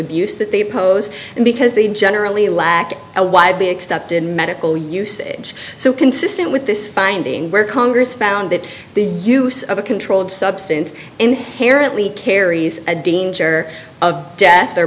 abuse that they pose and because they generally lack a widely accepted medical usage so consistent with this finding where congress found that the use of a controlled substance inherently carries a danger of death or